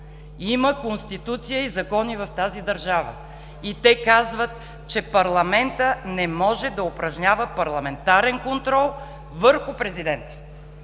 има Конституция и закони в тази държава и те казват, че парламентът не може да упражнява парламентарен контрол върху президента.